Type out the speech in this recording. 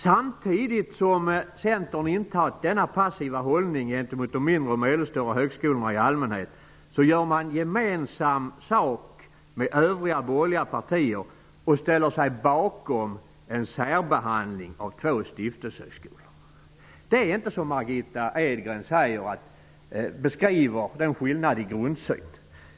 Samtidigt som Centern intar denna passiva hållning gentemot de mindre och medelstora högskolorna i allmänhet, gör man gemensam sak med övriga borgerliga partier och ställer sig bakom en särbehandling av två stiftelsehögskolor. Det är inte så, som Margitta Edgren beskriver det, att det är en skillnad i grundsyn.